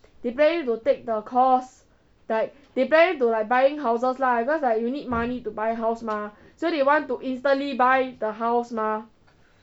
they planning to take the course like they planning to like buying houses lah because like you need money to buy house mah so they want to instantly buy the house mah